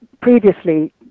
previously